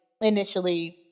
initially